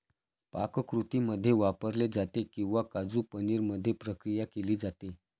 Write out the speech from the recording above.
पाककृतींमध्ये वापरले जाते किंवा काजू पनीर मध्ये प्रक्रिया केली जाते